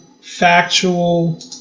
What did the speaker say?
factual